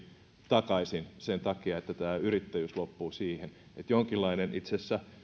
takaisin sen takia että tämä yrittäjyys loppuu siihen että jonkinlainen